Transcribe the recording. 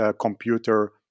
computer